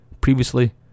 Previously